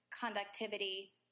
conductivity